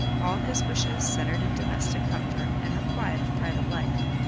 all his wishes centered in domestic comfort and the quiet of private life.